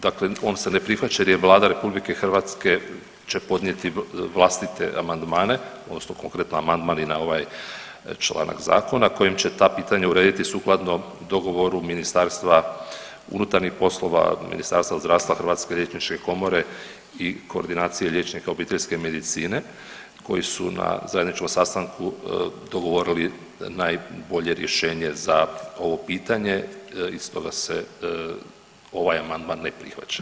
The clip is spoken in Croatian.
Dakle, on se ne prihvaća jer je Vlada RH će podnijeti vlastite amandmane odnosno konkretno amandman i na ovaj članak zakona kojim će ta pitanja urediti sukladno dogovoru MUP-a, Ministarstva zdravstva, Hrvatske liječnike komore i koordinacije liječnika obiteljske medicine koji su na zajedničkom sastanku dogovorili najbolje rješenje za ovo pitanje i stoga se ovaj amandman ne prihvaća.